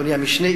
אדוני המשנה,